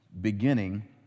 beginning